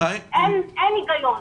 אין הגיון.